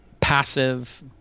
passive